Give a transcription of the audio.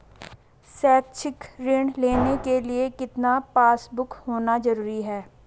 शैक्षिक ऋण लेने के लिए कितना पासबुक होना जरूरी है?